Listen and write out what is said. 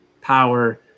power